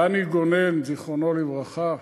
דני גונן, זיכרונו לברכה,